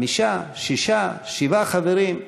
חמישה, שישה, שבעה חברים,